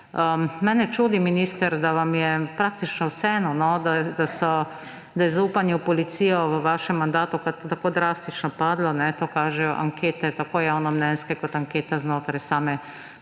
Mene čudi, minister, da vam je praktično vseeno, da je zaupanje v policijo v vašem mandatu tako drastično padlo, to kažejo tako javnomnenjske ankete kot ankete znotraj same